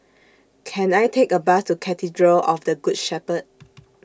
Can I Take A Bus to Cathedral of The Good Shepherd